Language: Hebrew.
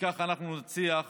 וכך נצליח